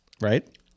Right